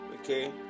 okay